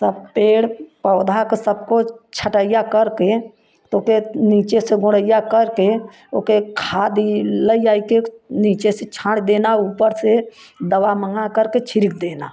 सब पेड़ पौधा को सबको छटइया करके तो ओके नीचे से गोड़इया करके ओके खादी लइ आए के नीचे से छाँड़ देना ऊपर से दवा मँगा करके छिड़ीक देना